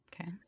Okay